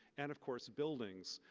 and of course buildings.